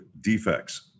defects